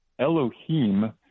Elohim